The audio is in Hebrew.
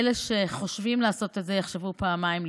אלה שחושבים לעשות את זה יחשבו פעמיים לפני.